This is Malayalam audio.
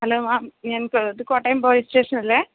ഹലോ മാം ഞങ്ങള്ക്ക് ഇത് കോട്ടയം പോലീസ് സ്റ്റേഷനല്ലേ